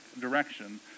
direction